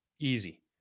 Easy